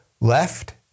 left